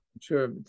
sure